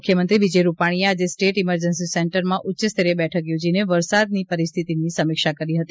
મુખ્યમંત્રી વિજય રૂપાણીએ આજે સ્ટેટ ઇમર્જન્સી સેન્ટરમાં ઉચ્ચસ્તરીય બેઠક યોજીને વરસાદની પરિસ્થિતિની સમીક્ષા કરી હતી